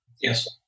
yes